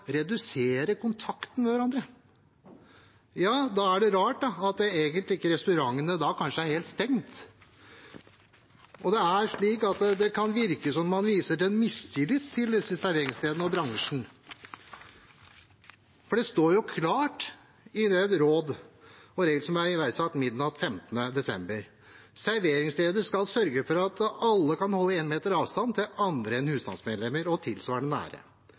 redusere kontakten med hverandre, er det egentlig rart at ikke restaurantene er helt stengt. Det kan virke som man viser mistillit til disse serveringsstedene og bransjen, for det står klart i de råd og regler som ble iverksatt midnatt den 15. desember: Serveringssteder skal sørge for at alle kan holde 1 meter avstand til andre enn husstandsmedlemmer og tilsvarende nære.